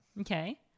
Okay